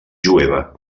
jueva